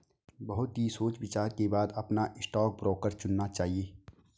बहुत ही सोच विचार के बाद अपना स्टॉक ब्रोकर चुनना चाहिए